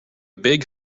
big